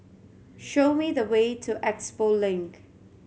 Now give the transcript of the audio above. show me the way to Expo Link